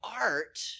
art